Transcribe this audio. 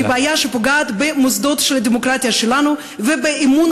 והיא בעיה שפוגעת במוסדות של הדמוקרטיה שלנו ובאמון